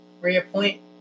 Reappoint